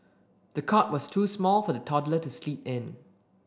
the cot was too small for the toddler to sleep in